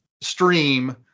stream